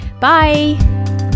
Bye